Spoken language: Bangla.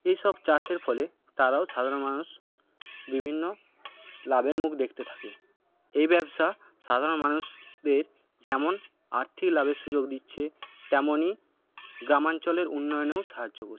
এইসব চাষের ফলে তারাও সাধারণ মানুষ বিভিন্ন লাভের মুখ দেখতে থাকে এই ব্যবসা সাধারণ মানুষদের যেমন আর্থিক লাভের সুযোগ দিচ্ছে তেমনই গ্রামাঞ্চলের উন্নয়নেও সাহায্য করছে